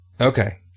Okay